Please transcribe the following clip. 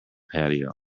patio